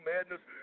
Madness